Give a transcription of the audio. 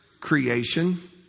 creation